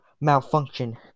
malfunction